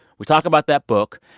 we talk about that book,